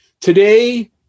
Today